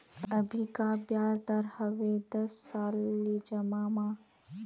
अभी का ब्याज दर हवे दस साल ले जमा मा?